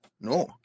No